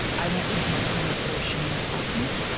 i don't think my parents were ashamed of me,